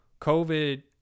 COVID